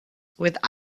with